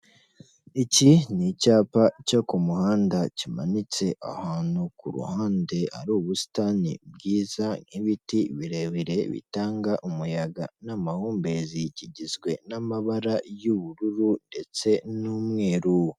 Iki ni icyapa cyo ku muhanda kimanitse ahantu, ku ruhande hari ubusitani bwiza n'ibiti birebire bitanga umuyaga n'amahumbezi, kigizwe n'amabara y'ubururu ndetse n'umweru.